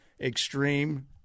extreme